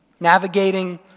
Navigating